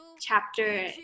chapter